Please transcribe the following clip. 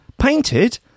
painted